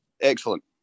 excellent